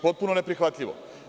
Potpuno neprihvatljivo.